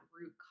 root